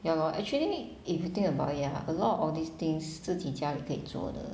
ya lor actually if you think about ah a lot of these things 自己家里可以做的